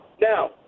Now